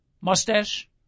Mustache